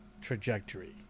trajectory